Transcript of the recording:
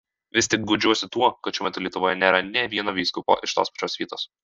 vis tik guodžiuosi tuo kad šiuo metu lietuvoje nėra nė vieno vyskupo iš tos pačios vietos